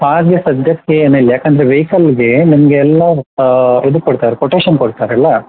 ಹಾಗೆ ಸದ್ಯಕ್ಕೆ ಏನೂ ಇಲ್ಲ ಏಕಂದ್ರೆ ವೇಯ್ಕಲ್ಗೆ ನಿಮಗೆ ಎಲ್ಲ ಇದು ಕೊಡ್ತಾರೆ ಕೊಟೇಷನ್ ಕೊಡ್ತಾರಲ್ವ